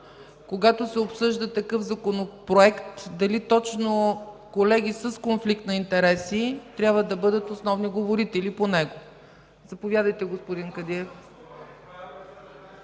когато се обсъжда даден законопроект, дали точно колеги с конфликт на интереси трябва да бъдат основни говорители по него. Заповядайте, господин Кадиев.